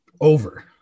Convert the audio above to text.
over